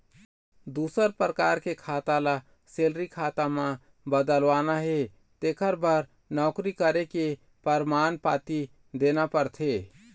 दूसर परकार के खाता ल सेलरी खाता म बदलवाना हे तेखर बर नउकरी करे के परमान पाती देना परथे